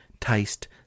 taste